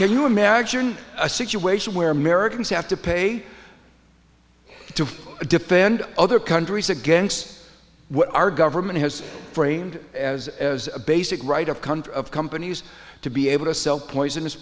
can you imagine a situation where americans have to pay to defend other countries against what our government has framed as as a basic right of country of companies to be able to sell poisonous